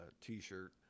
T-shirt